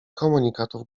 komunikatów